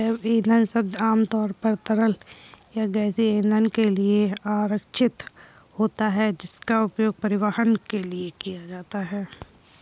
जैव ईंधन शब्द आमतौर पर तरल या गैसीय ईंधन के लिए आरक्षित होता है, जिसका उपयोग परिवहन के लिए किया जाता है